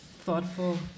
thoughtful